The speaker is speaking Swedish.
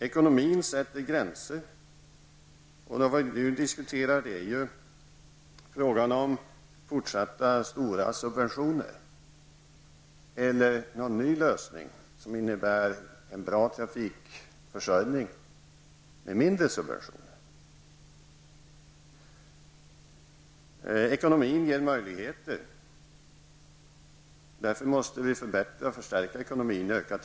Ekonomin sätter gränser. Nu diskuterar vi frågan om fortsatta stora subventioner eller någon annan, ny lösning, som innebär en bra trafikförsörjning med mindre subventioner. Ekonomin ger möjligheter, och därför måste den förbättras och förstärkas. Tillväxten måste ökas.